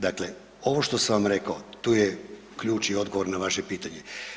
Dakle, ovo što sam vam rekao, tu je ključ i odgovor na vaše pitanje.